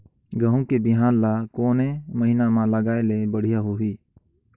गहूं के बिहान ल कोने महीना म लगाय ले बढ़िया होही?